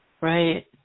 Right